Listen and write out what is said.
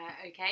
Okay